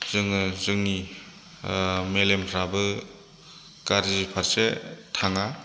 जोंनि मेलेमफोराबो गाज्रि फारसे थाङा